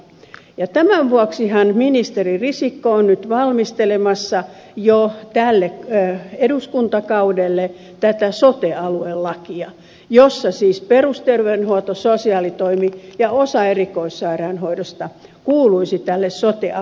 tämän vuoksihan ministeri risikko on nyt valmistelemassa jo tälle eduskuntakaudelle sote aluelakia jossa siis perusterveydenhuolto sosiaalitoimi ja osa erikoissairaanhoidosta kuuluisi sote alueelle